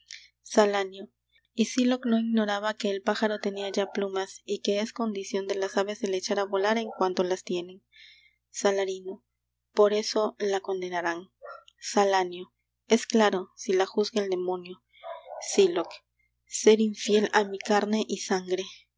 nido salanio y sylock no ignoraba que el pájaro tenia ya plumas y que es condicion de las aves el echar á volar en cuanto las tienen salarino por eso la condenarán salanio es claro si la juzga el demonio sylock ser infiel á mi carne y sangre